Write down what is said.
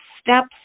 steps